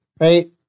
right